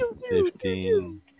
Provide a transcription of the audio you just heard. Fifteen